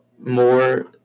more